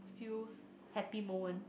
few happy moment